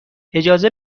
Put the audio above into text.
اجازه